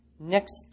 Next